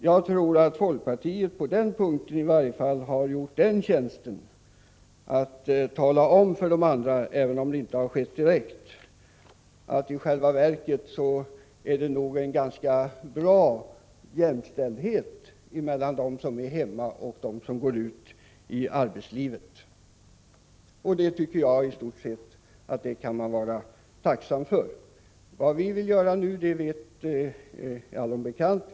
Jag tror att folkpartiet i varje fall på den punkten har gjort oss den tjänsten att tala om för de andra — även om det inte har skett direkt — att det i själva verket nog är en ganska bra jämställdhet mellan dem som är hemma och dem som går ut i arbetslivet. Det tycker jag i stort sett man kan vara tacksam för. Vad vi vill göra nu är allom bekant.